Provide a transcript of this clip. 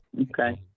Okay